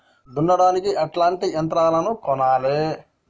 దున్నడానికి ఎట్లాంటి యంత్రాలను కొనాలే?